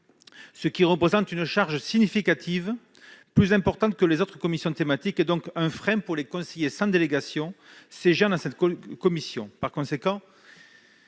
ce qui représente une charge significativement plus importante que pour les autres commissions thématiques, et donc un frein pour les conseillers sans délégation siégeant dans cette commission. Par conséquent,